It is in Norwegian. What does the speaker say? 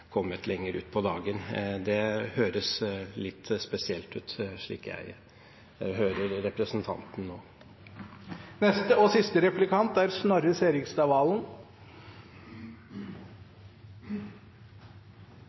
kommet lenger ut på dagen. Det høres litt spesielt ut, slik jeg hører representanten nå. Er representanten Syversen fornøyd med regjeringens innsats mot ulikhet og